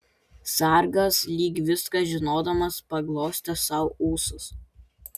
sargas lyg viską žinodamas paglostė sau ūsus